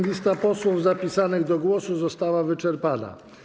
Lista posłów zapisanych do głosu została wyczerpana.